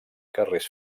carrers